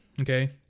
okay